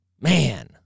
man